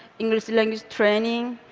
english language training,